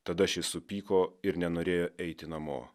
tada šis supyko ir nenorėjo eiti namo